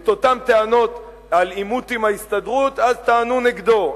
את אותן טענות על עימות עם ההסתדרות טענו אז נגדו,